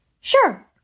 Sure